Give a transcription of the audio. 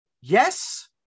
Yes